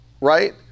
right